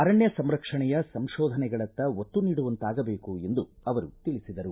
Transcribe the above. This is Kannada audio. ಅರಣ್ಯ ಸಂರಕ್ಷಣೆಯ ಸಂಶೋಧನೆಗಳತ್ತ ಒತ್ತು ನೀಡುವಂತಾಗಬೇಕು ಎಂದು ಅವರು ತಿಳಿಸಿದರು